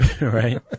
Right